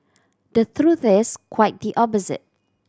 the truth is quite the opposite